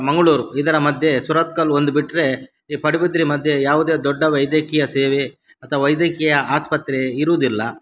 ಮಂಗ್ಳೂರು ಇದರ ಮಧ್ಯೆ ಸುರತ್ಕಲ್ ಒಂದು ಬಿಟ್ಟರೆ ಈ ಪಡುಬಿದ್ರೆ ಮಧ್ಯೆ ಯಾವುದೇ ದೊಡ್ಡ ವೈದ್ಯಕೀಯ ಸೇವೆ ಅಥವಾ ವೈದ್ಯಕೀಯ ಆಸ್ಪತ್ರೆ ಇರುವುದಿಲ್ಲ